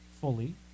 fully